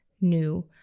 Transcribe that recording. new